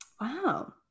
Wow